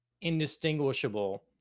indistinguishable